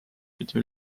pidi